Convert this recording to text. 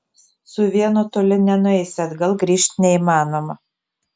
su vienu toli nenueisi atgal grįžt neįmanoma